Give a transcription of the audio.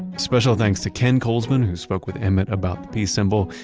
special thanks to ken kolsbun who spoke with emmett about the peace symbol.